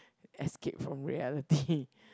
escape from reality